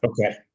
Okay